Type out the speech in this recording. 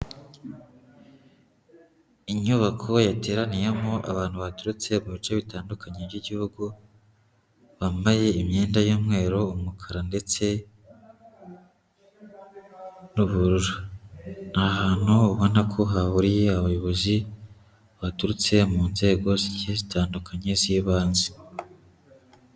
Inyubako yateraniyemo abantu baturutse mu bice bitandukanye by'igihugu, bambaye imyenda y'umweru, umukara ndetse n'ubururu, ni ahantu ubona ko hahuriye abayobozi baturutse mu nzego zigiye zitandukanye z'ibanze.